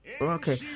Okay